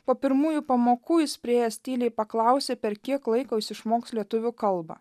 po pirmųjų pamokų jis priėjęs tyliai paklausė per kiek laiko jis išmoks lietuvių kalbą